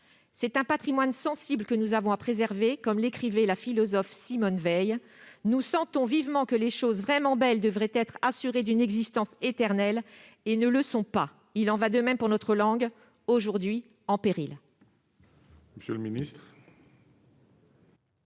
C'est un patrimoine sensible que nous avons à préserver. Comme l'écrivait la philosophe Simone Weil, « nous sentons vivement que les choses vraiment belles devraient être assurées d'une existence éternelle et ne le sont pas. » Il en va de même pour notre langue, aujourd'hui en péril.